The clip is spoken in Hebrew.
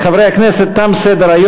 חברי הכנסת,